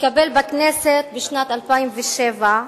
התקבל בכנסת בשנת 2007,